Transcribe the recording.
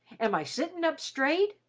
am i sitting up straight?